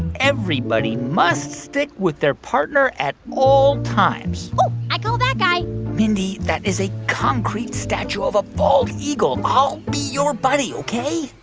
everybody must stick with their partner at all times ooh, i call that guy mindy, that is a concrete statue of a bald eagle. i'll be your buddy, ok?